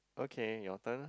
okay your turn ah